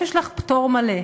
יש לך פטור מלא.